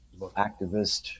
activist